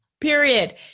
period